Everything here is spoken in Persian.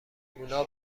اونا